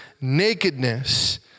nakedness